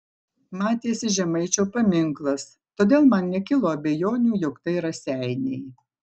matėsi žemaičio paminklas todėl man nekilo abejonių jog tai raseiniai